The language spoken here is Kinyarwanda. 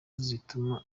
zituma